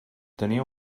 tenia